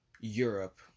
Europe